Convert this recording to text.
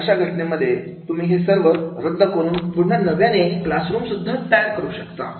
मग अशा घटनेमध्ये तुम्ही हे सर्व रद्द करून पुन्हा नव्याने नवीन क्लास रूम सुद्धा करू शकता